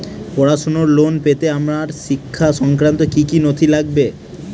পড়াশুনোর লোন পেতে আমার শিক্ষা সংক্রান্ত কি কি নথি লাগবে?